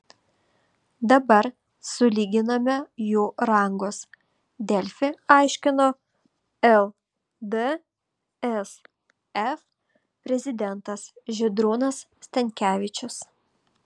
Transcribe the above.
dabar sulyginome jų rangus delfi aiškino ldsf prezidentas žydrūnas stankevičius